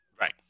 Right